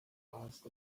last